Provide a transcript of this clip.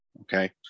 Okay